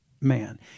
man